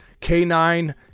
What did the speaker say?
K9